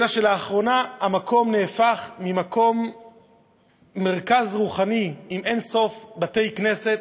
אלא שלאחרונה המקום נהפך ממקום מרכז רוחני עם אין-סוף בתי-כנסת,